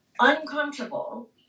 uncomfortable